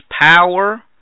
power